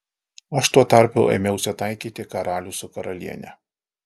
aš tuo tarpu ėmiausi taikyti karalių su karaliene